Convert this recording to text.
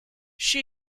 she